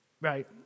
right